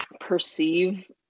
perceive